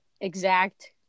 exact